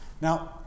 Now